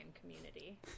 community